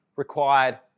required